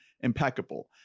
impeccable